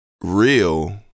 real